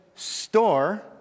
Store